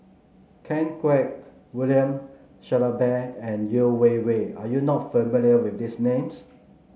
Ken Kwek William Shellabear and Yeo Wei Wei are you not familiar with these names